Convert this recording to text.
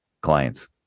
clients